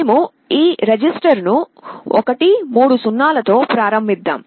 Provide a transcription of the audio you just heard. మేము ఈ రిజిస్టర్ను 1 0 0 0 తో ప్రారంభిద్దాం